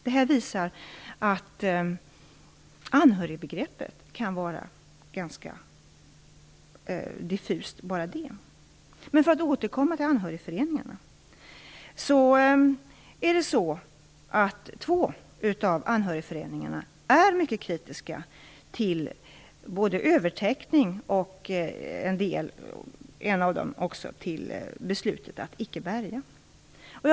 Det här visar att anhörigbegreppet i sig kan vara ganska diffust. Två av anhörigföreningarna är mycket kritiska till beslutet om övertäckning, och en av dem är också kritisk till beslutet att inte bärga Estonia.